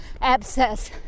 abscess